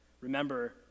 remember